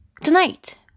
Tonight